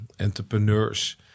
entrepreneurs